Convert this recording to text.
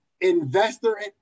investor